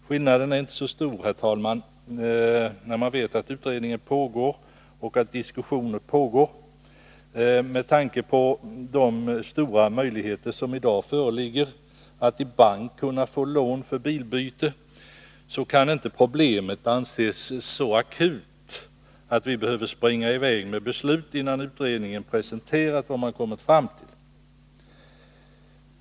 Skillnaden är inte så stor, herr talman, när man vet att utredningen pågår och att diskussioner pågår. Med tanke på de stora möjligheter som i dag föreligger att i bank få lån för bilbyte kan inte problemet anses så akut att vi behöver springa i väg och fatta beslut innan utredningen presenterat vad man kommit fram till.